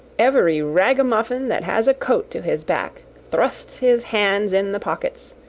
every ragamuffin that has a coat to his back thrusts his hands in the pockets,